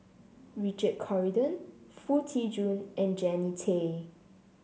Richard Corridon Foo Tee Jun and Jannie Tay